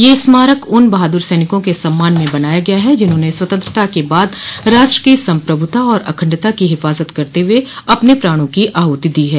यह स्मारक उन बहादुर सैनिकों के सम्मान में बनाया गया है जिन्होंने स्वतंत्रता के बाद राष्ट्र की सम्प्रभुत्ता और अखंडता की हिफाजत करते हुए अपने प्राणों की आहुति दी है